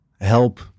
help